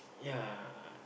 yeah